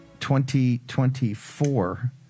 2024